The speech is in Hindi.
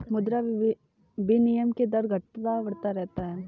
मुद्रा विनिमय के दर घटता बढ़ता रहता है